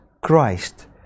Christ